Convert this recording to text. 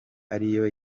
ariyo